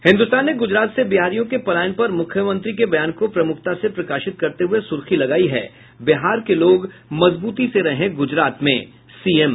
हिन्दुस्तान ने गुजरात से बिहारियों के पलायन पर मुख्यमंत्री के बयान को प्रमुखता से प्रकाशित करते हुये सुर्खी लगायी है बिहार के लोग मजबूती से रहें गूजरात में सीएम